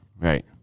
Right